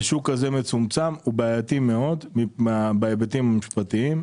זה בעייתי מאוד בהיבטים המשפטיים.